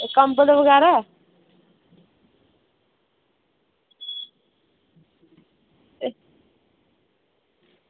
एह् कम्बल बगैरा